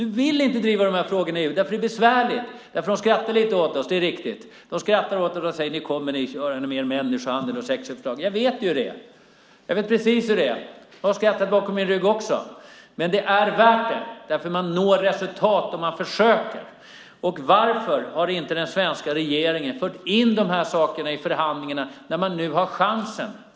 Du vill inte driva dessa frågor i EU, Beatrice Ask, för det är besvärligt. Man skrattar lite åt Sverige när vi kommer dragandes med människohandel och sexköpslag. Jag vet hur det är. De har skrattat bakom min rygg också. Men det är värt det, för man når resultat om man försöker. Varför har den svenska regeringen inte fört in frågan om människohandel i förhandlingarna när man nu har chansen?